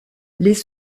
les